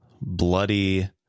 bloody